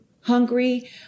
hungry